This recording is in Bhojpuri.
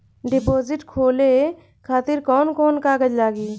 डिपोजिट खोले खातिर कौन कौन कागज लागी?